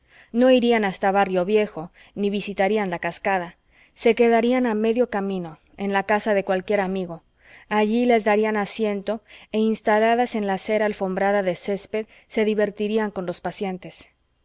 no irían hasta barrio viejo ni visitarían la cascada se quedarían a medio camino en la casa de cualquier amigo allí les darían asiento e instaladas en la acera alfombrada de césped se divertirían con los paseantes